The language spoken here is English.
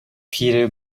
peter